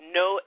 no